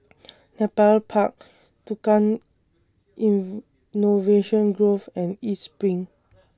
Nepal Park Tukang Innovation Grove and East SPRING